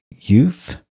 youth